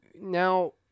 now